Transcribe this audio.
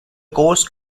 course